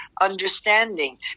understanding